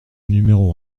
numéro